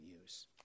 use